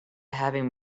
having